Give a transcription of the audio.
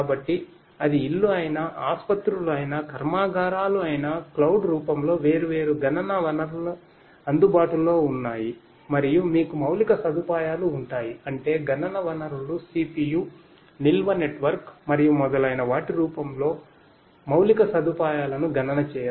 కాబట్టి క్లౌడ్ రూపంలో వేర్వేరు గణన వనరులు అందుబాటులో ఉన్నాఇ మరియు మీకు మౌలిక సదుపాయాలు ఉంటాయిఅంటే గణన వనరులు CPU నిల్వ నెట్వర్క్ మరియు మొదలైన వాటి రూపంలో మౌలిక సదుపాయాలను గణనచేయడం